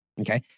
okay